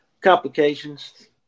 complications